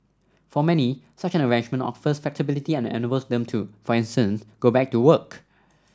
for many such an arrangement offers flexibility and enables them to for instance go back to work